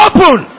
Open